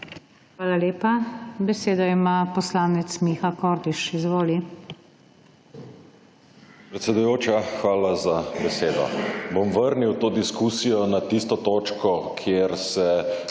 Hvala lepa. Besedo ima poslanec Miha Kordiš. Izvoli.